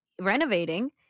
renovating